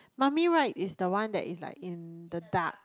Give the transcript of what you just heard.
mummy Ride is the one that is like in the dark